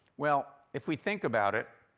well if we think about it,